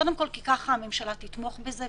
קודם כול, כי ככה הממשלה תתמוך בזה.